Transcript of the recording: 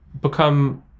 become